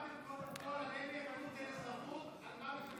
אתם נלחמתם קודם כול על "אין נאמנות,